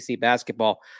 basketball